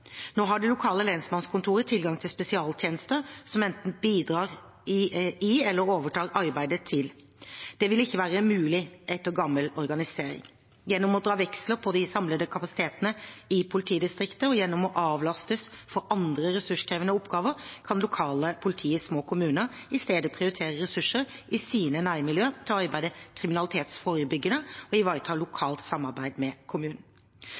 Nå har det lokale lensmannskontoret tilgang til spesialtjenester som enten bidrar i eller overtar arbeidet. Det ville ikke vært mulig med gammel organisering. Gjennom å dra veksler på de samlede kapasitetene i politidistriktet, og gjennom å avlastes for andre ressurskrevende oppgaver, kan det lokale politiet i små kommuner i stedet prioritere ressursene i sine nærmiljø til å arbeide kriminalitetsforebyggende og ivareta lokalt samarbeid med